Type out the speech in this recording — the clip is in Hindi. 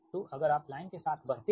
तो अगर आप लाइन के साथ बढ़ते हैं